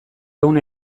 ehun